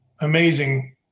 amazing